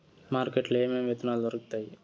market లో ఏమేమి విత్తనాలు దొరుకుతాయి